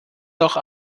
doch